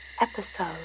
Episode